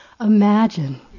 imagine